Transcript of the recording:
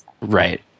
Right